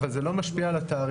אבל זה לא משפיע על התעריף.